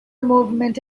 movement